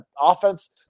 offense –